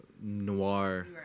noir